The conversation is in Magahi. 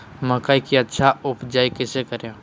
मकई की अच्छी उपज कैसे करे?